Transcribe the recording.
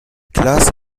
classe